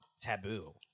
taboo